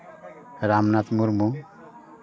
Ramnath Murmu